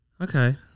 okay